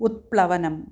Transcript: उत्प्लवनम्